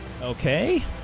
Okay